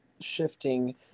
shifting